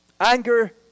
Anger